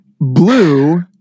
blue